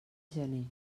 gener